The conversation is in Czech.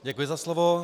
Děkuji za slovo.